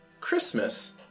Christmas